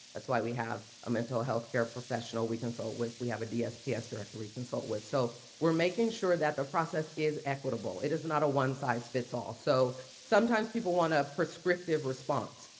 that's why we have a mental health care professional we consult with. we have a dsps director we consult with. so we're making sure that the process is equitable. it is not a one-size fits all. so sometimes people want a prescriptive response.